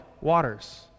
waters